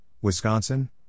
Wisconsin